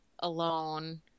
alone